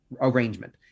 arrangement